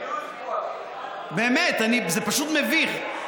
באמת, זה פשוט מביך.